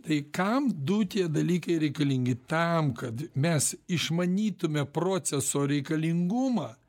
tai kam du tie dalykai reikalingi tam kad mes išmanytume proceso reikalingumą